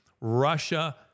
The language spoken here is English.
Russia